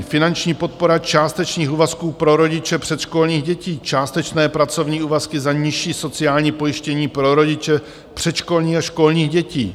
Finanční podpora částečných úvazků pro rodiče předškolních dětí, částečné pracovní úvazky za nižší sociální pojištění pro rodiče předškolních a školních dětí.